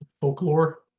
folklore